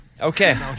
Okay